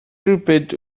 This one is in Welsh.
rhywbryd